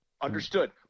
Understood